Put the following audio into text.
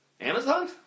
Amazon